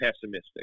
pessimistic